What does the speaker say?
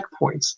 checkpoints